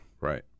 Right